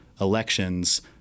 elections